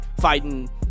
Fighting